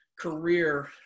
career